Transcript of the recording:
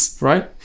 right